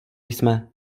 jsme